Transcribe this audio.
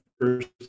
First